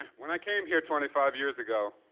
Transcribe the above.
when i came here twenty five years ago,